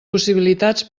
possibilitats